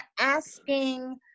asking